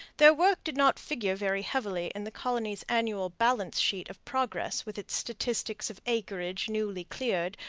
their work did not figure very heavily in the colony's annual balance-sheet of progress with its statistics of acreage newly cleared,